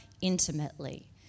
intimately